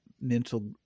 mental